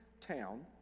town